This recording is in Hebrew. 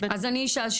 אתם לוקחים בדיקה?